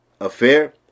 affair